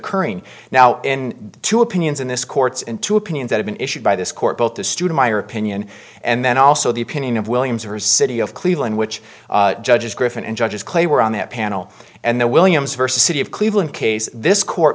current now in two opinions in this courts and two opinions that have been issued by this court both the stoudemire opinion and then also the opinion of williams her city of cleveland which judges griffin and judges clay were on that panel and the williams versus city of cleveland case this court